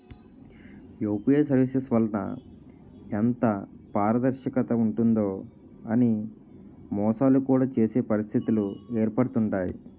UPI services వలన ఎంత పారదర్శకత ఉంటుందో అని మోసాలు కూడా చేసే పరిస్థితిలు ఏర్పడుతుంటాయి